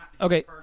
Okay